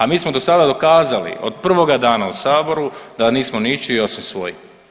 A mi smo dosada dokazali od prvoga dana u saboru da nismo ničiji osim svoji.